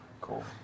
cool